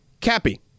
Cappy